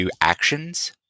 actions